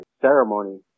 ceremony